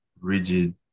rigid